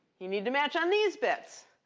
you need to match on these bits.